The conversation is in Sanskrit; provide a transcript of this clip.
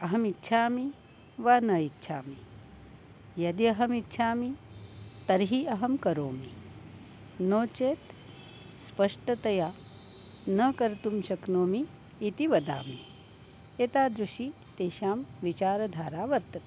अहमिच्छामि वा न इच्छामि यदि अहमिच्छामि तर्हि अहं करोमि नो चेत् स्पष्टतया न कर्तुं शक्नोमि इति वदामि एतादृशी तेषां विचारधारा वर्तते